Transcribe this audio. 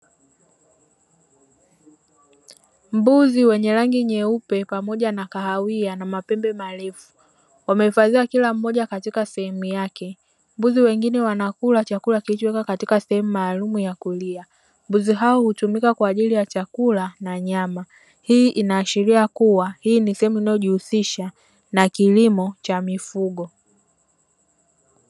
Mbuzi wenye rangi nyeupe pamoja na kahawia na mapembe marefu, wamehifadhiwa kila mmoja katika sehemu yake. Mbuzi wengine wanakula kutoka katika sehemu maalumu ya kulia. Mbuzi hawa hutumika kwa ajili ya chakula na nyama. Hii inaashira kuwa hii ni sehemu inayojihusisha na kilimo cha mifugo.